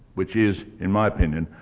which is, in my opinion,